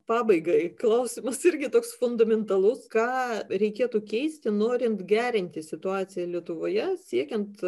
pabaigai klausimas irgi toks fundamentalus ką reikėtų keisti norint gerinti situaciją lietuvoje siekiant